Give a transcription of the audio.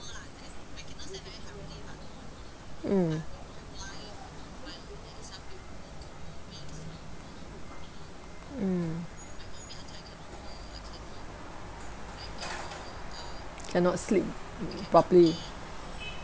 mm mm cannot sleep properly